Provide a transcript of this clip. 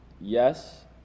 yes